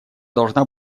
должна